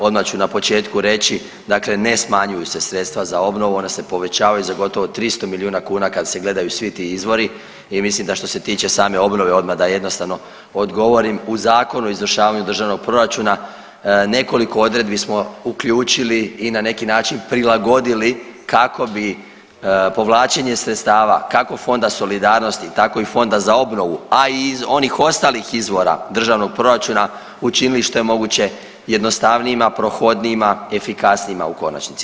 Odmah ću na početku reći, dakle ne smanjuju se sredstva za obnovu, ona se povećavaju za gotovo 300 milijuna kuna kad se gledaju svi ti izvori i mislim da što se tiče same obnove odmah da jednostavno odgovorim u Zakonu o izvršavanju državnog proračuna nekoliko odredbi smo uključili i na neki način prilagodili kako bi povlačenje sredstava kako Fonda solidarnosti, tako i Fonda za obnovu a i onih ostalih izvora državnog proračuna učinili što je moguće jednostavnijima, prohodnijima, efikasnijima u konačnici.